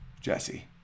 Jesse